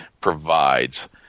provides